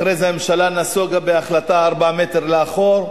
אחרי זה הממשלה נסוגה בהחלטה ארבעה מטרים לאחור.